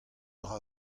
dra